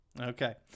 okay